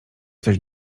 coś